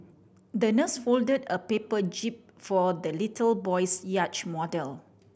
the nurse folded a paper jib for the little boy's yacht model